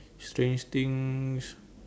strange thing